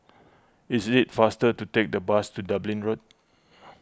is it faster to take the bus to Dublin Road